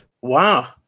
Wow